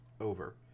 over